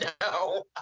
No